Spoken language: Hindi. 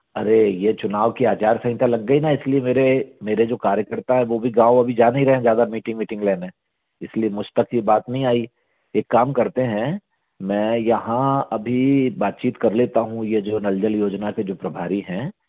अरे ये चुनाव की आचार संहिता लग गई ना इसलिए मेरे मेरे जो कार्यकर्ता हैं वो भी गाँव अभी जा नहीं रहे हैं ज़्यादा मीटिंग वीटिंग लेने हैं इसलिए मुझ तक की बात नहीं आई एक काम करते हैं मैं यहाँ अभी बातचीत कर लेता हूँ ये जो नल जल योजना के जो प्रभारी हैं